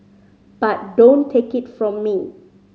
but don't take it from me